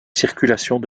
circulations